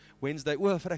Wednesday